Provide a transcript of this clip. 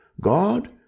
God